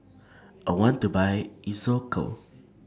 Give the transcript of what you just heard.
I want to Buy Isocal